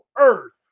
earth